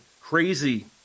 Crazy